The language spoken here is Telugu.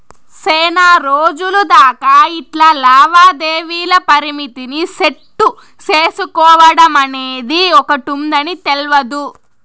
సేనారోజులు దాకా ఇట్లా లావాదేవీల పరిమితిని సెట్టు సేసుకోడమనేది ఒకటుందని తెల్వదు